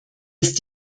ist